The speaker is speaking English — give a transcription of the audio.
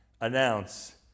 announce